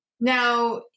Now